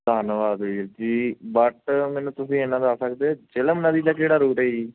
ਧੰਨਵਾਦ ਵੀਰ ਜੀ ਬਟ ਮੈਨੂੰ ਤੁਸੀਂ ਇਨਾਂ ਦੱਸ ਸਕਦੇ ਜਿਹਲਮ ਨਦੀ ਦਾ ਕਿਹੜਾ ਰੂਟ ਹੈ ਜੀ